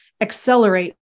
accelerate